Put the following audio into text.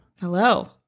Hello